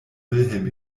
wilhelm